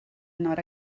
not